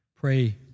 pray